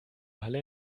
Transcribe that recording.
halle